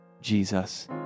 Jesus